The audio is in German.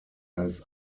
als